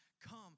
come